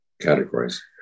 categories